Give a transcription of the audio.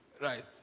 Right